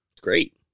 Great